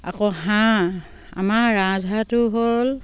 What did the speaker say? আকৌ হাঁহ আমাৰ ৰাজহাঁহটো হ'ল